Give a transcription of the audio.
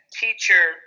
teacher